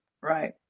Right